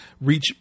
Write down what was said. reach